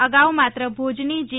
અગાઉ માત્ર ભુજની જી